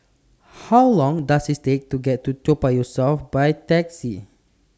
How Long Does IT Take to get to Toa Payoh South By Taxi